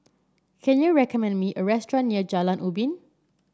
can you recommend me a restaurant near Jalan Ubin